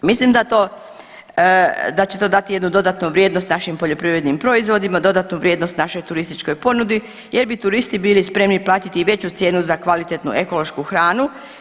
Mislim da će to dati jednu dodatnu vrijednost našim poljoprivrednim proizvodima, dodatnu vrijednost našoj turističkoj ponudi jer bi turisti bili spremni platiti i veću cijenu za kvalitetnu ekološku hranu.